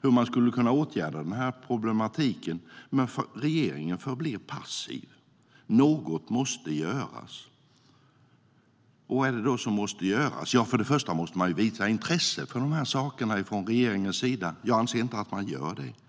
hur man skulle kunna åtgärda den problematiken. Men regeringen förblir passiv. Något måste göras. Vad är det då som måste göras? Till att börja med måste regeringen visa intresse för de här sakerna. Jag anser inte att man gör det.